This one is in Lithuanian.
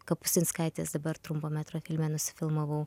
kapustinskaitės dabar trumpo metro filme nusifilmavau